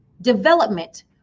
development